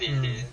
mm